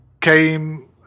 came